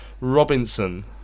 Robinson